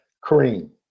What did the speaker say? cream